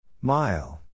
Mile